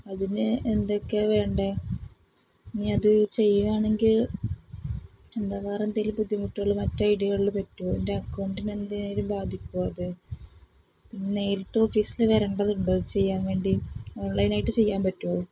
അതിന് എന്തൊക്കെയാണ് വേണ്ടത് ഇനി അത് ചെയ്യുകയാണെങ്കിൽ എന്താവാറ എന്തെങ്കിലും ബുദ്ധിമുട്ടുകൾ മറ്റ് ഐ ഡികളിൽ പറ്റുമോ എൻ്റെ അക്കൗണ്ടന് എന്തേലും ബാധിക്കുമോ അത് പിന്നെ നേരിട്ട് ഓഫീസിൽ വരേണ്ടതുണ്ടോ അത് ചെയ്യാൻ വേണ്ടി ഓൺലൈൻ ആയിട്ട് ചെയ്യാൻ പറ്റുമോ